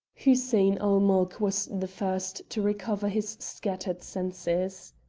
hussein-ul-mulk was the first to recover his scattered senses.